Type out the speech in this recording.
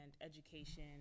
education